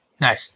Nice